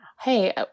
Hey